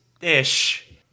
ish